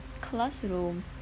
classroom